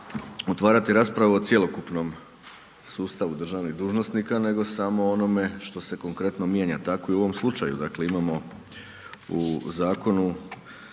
otvarati raspravu o cjelokupnom sustavu državnih dužnosnika, nego samo o onome što se konkretno mijenja. Tako i u ovom slučaju, dakle, imamo u zakonu,